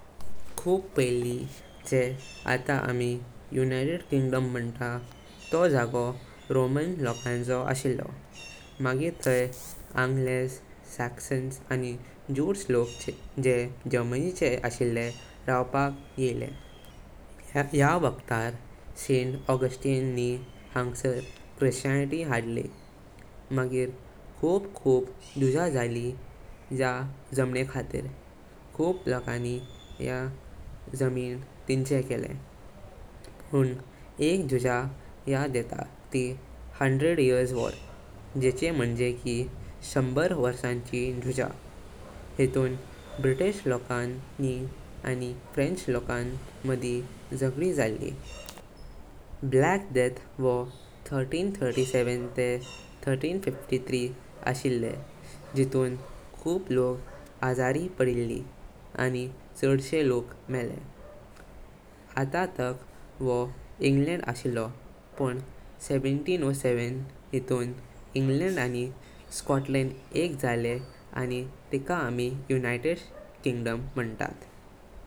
खूप पाईली जे आता आम्ही युनायटेड किंगडम मानतात तो जागो रोमन लोकांचो अशिलो। मगिर ताई आंगल्स, सॅक्सन्स आणि जूट्स लोख जे जर्मनी चर अशिले रावपक लागले। याह वक्तार सेंट ऑगस्टीन नी हांगर क्रिश्चियनिटी हाडली। मगिर खूप खूप जुज काली या जमीन खातीर, खूप लोकानी ये जमीन तिनचे केले। पण एक जुजा याद येता ती 'हंड्रेड इयर्स वॉर' जेंचे मंजे की शंबर वर्साची जुजा। हितून ब्रिटिश लोखां आणि फ्रेंच लोखां मदी जागडी जाली। 'ब्लॅक डेथ' वाह तेह्रे सव तेंतिस तेह तेह्रे सव तरेप्पण अशिले जितून खूप लोक आजारी पडली आणि चडशे लोक मेले। आता तक वह इंग्लंड अशिलो पण सत्राह सव सात हितून इंग्लंड आणि स्कॉटलंड एक जाले आणि तिंका आम्ही युनायटेड किंगडम मानतात।